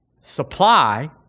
supply